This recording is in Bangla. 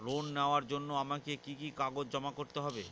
লোন নেওয়ার জন্য আমাকে কি কি কাগজ জমা করতে হবে?